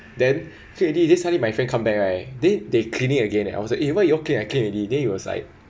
then clean already then suddenly my friend come back right then they clean it again and I would say why you all clean I clean it already then it was like